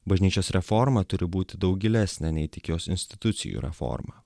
bažnyčios reforma turi būti daug gilesnė nei tik jos institucijų reforma